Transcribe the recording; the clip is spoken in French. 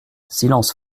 silence